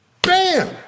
Bam